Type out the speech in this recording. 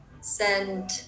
send